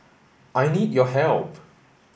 I need your help